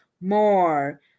more